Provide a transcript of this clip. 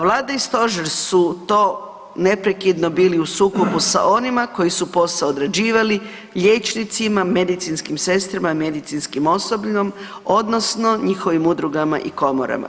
Vlada i Stožer su to neprekidno bili u sukobu sa onima koji su posao odrađivali, liječnicima, medicinskim sestrama, medicinskim osobljem odnosno njihovom udrugama i komorama.